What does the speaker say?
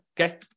okay